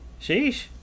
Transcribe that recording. sheesh